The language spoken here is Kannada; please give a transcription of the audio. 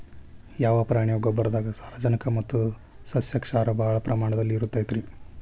ಯಾವ ಪ್ರಾಣಿಯ ಗೊಬ್ಬರದಾಗ ಸಾರಜನಕ ಮತ್ತ ಸಸ್ಯಕ್ಷಾರ ಭಾಳ ಪ್ರಮಾಣದಲ್ಲಿ ಇರುತೈತರೇ?